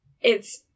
it's-